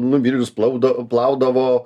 numirėlius plauda plaudavo